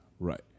Right